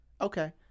Okay